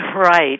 Right